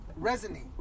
resonate